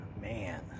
Man